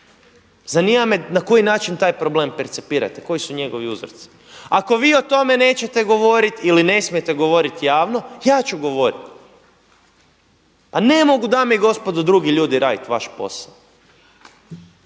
Zanima me na koji način taj problem percipirati, koji su njegovi uzroci? Ako vi o tome nećete govoriti ili nesmijete govoriti javno ja ću govoriti. Pa ne mogu dame i gospodo drugi ljudi raditi vaš posao,